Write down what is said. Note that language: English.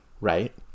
Right